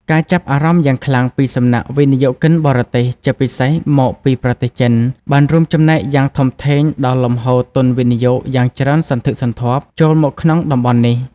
ការចាប់អារម្មណ៍យ៉ាងខ្លាំងពីសំណាក់ វិនិយោគិនបរទេស ជាពិសេសមកពីប្រទេសចិន បានរួមចំណែកយ៉ាងធំធេងដល់លំហូរទុនវិនិយោគយ៉ាងច្រើនសន្ធឹកសន្ធាប់ ចូលមកក្នុងតំបន់នេះ។